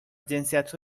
جنسیت